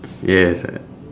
yes